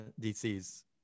DC's